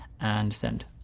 and send.